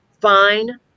fine